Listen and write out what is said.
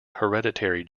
hereditary